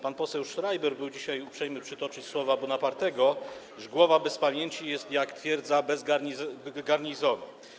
Pan poseł Schreiber był dzisiaj uprzejmy przytoczyć słowa Bonapartego, iż głowa bez pamięci jest jak twierdza bez garnizonu.